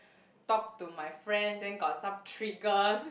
talk to my friend then got some triggers